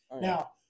Now